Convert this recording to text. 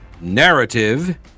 narrative